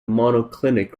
monoclinic